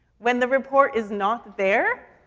when the rapport is not there,